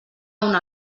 una